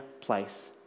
place